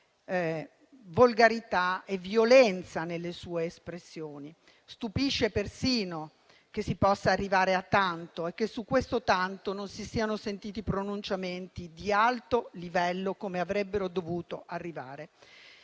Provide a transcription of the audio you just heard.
volgarità e violenza. Stupisce persino che si possa arrivare a tanto e che su questo tanto non si siano sentiti i pronunciamenti di alto livello, che sarebbero dovuti arrivare.